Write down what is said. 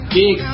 big